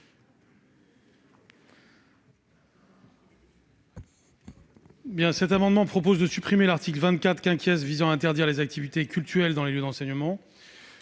673. Cet amendement tend à supprimer l'article 24 visant à interdire les activités cultuelles dans les lieux d'enseignement.